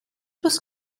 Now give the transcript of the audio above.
was